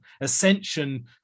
ascension